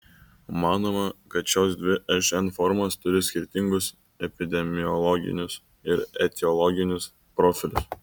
manoma kad šios dvi šn formos turi skirtingus epidemiologinius ir etiologinius profilius